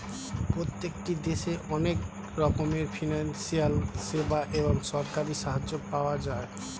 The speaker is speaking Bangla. প্রত্যেকটি দেশে অনেক রকমের ফিনান্সিয়াল সেবা এবং সরকারি সাহায্য পাওয়া যায়